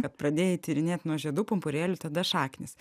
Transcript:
kad pradėjai tyrinėt nuo žiedų pumpurėlių tada šaknys